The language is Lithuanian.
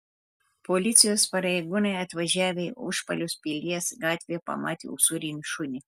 policijos pareigūnai atvažiavę į užpalius pilies gatvėje pamatė usūrinį šunį